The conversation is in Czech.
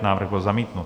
Návrh byl zamítnut.